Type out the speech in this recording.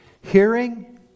Hearing